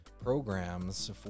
programs